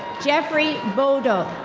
jeffrey boado.